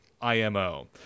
IMO